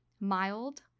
mild